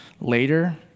later